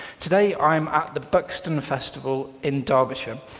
today i am at the buxton festival in derbyshire.